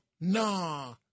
nah